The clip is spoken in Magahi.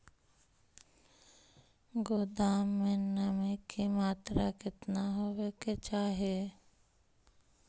गोदाम मे नमी की मात्रा कितना होबे के चाही?